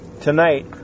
tonight